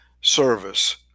service